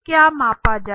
क्या मापा जाए